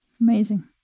Amazing